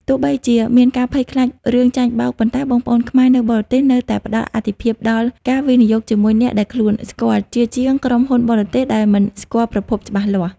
ទោះបីជាមានការភ័យខ្លាចរឿងចាញ់បោក ប៉ុន្តែបងប្អូនខ្មែរនៅបរទេសនៅតែផ្ដល់អាទិភាពដល់ "ការវិនិយោគជាមួយអ្នកដែលខ្លួនស្គាល់" ជាជាងក្រុមហ៊ុនបរទេសដែលមិនស្គាល់ប្រភពច្បាស់លាស់។